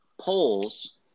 polls